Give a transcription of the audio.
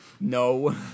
No